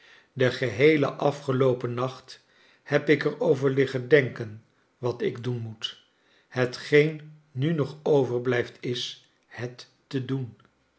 den geheelen afgeloopen nacht heb ik er over liggen denken wat ik doen moet hetgeen nu nog overblijft is het te doen